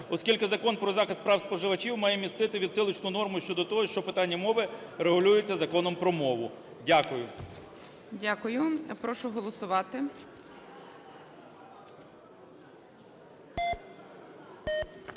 оскільки Закон "Про захист прав споживачів" має містити відсилочну норму щодо того, що питання мови регулюється Законом про мову. Дякую. ГОЛОВУЮЧИЙ. Дякую. Прошу голосувати.